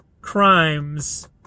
crimes